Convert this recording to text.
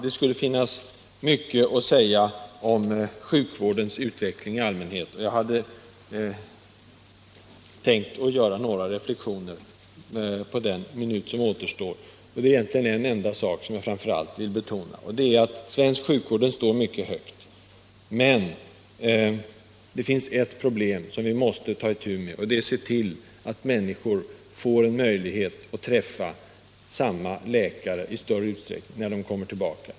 Det skulle finnas mycket att säga om sjukvårdens utveckling i allmänhet. Men det är egentligen en enda sak som jag framför allt vill betona på den minut jag har kvar. Svensk sjukvård står mycket högt. Men det finns ett problem som vi måste ta itu med, och det är att se till att människor i större utsträckning får möjlighet att träffa samma läkare vid återbesök.